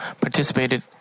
participated